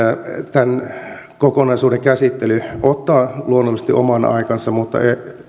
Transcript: tämän kokonaisuuden käsittely ottaa luonnollisesti oman aikansa mutta